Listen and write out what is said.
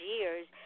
years